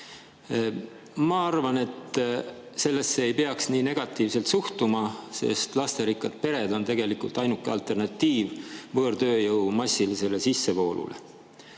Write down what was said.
Ma arvan, et sellesse ei peaks nii negatiivselt suhtuma, sest lasterikkad pered on tegelikult ainuke alternatiiv võõrtööjõu massilisele sissevoolule.